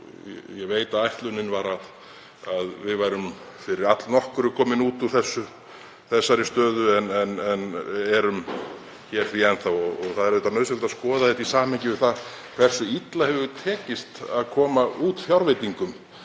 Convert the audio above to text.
Ég veit að ætlunin var að við værum fyrir allnokkru komin út úr þessari stöðu en erum hér enn þá. Það er nauðsynlegt að skoða þetta í samhengi við það hversu illa hefur tekist að koma út fjárveitingum